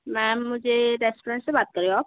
ma'am मुझे restaurant से बात कर रहे हो आप